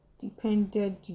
depended